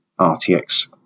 RTX